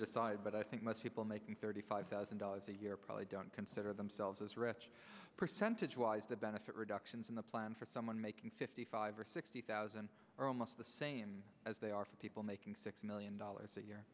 decide but i think most people making thirty five thousand dollars a year probably don't consider themselves as a wretch percentage wise the benefit reductions in the plan for someone making fifty five or sixty thousand are almost the same as they are for people making six million